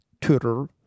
Twitter